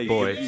boy